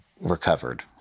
recovered